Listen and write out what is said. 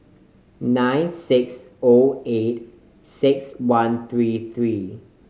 nine six O eight six one three three